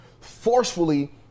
forcefully